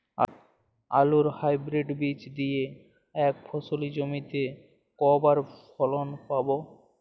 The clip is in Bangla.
আলুর হাইব্রিড বীজ দিয়ে এক ফসলী জমিতে কয়বার ফলন পাব?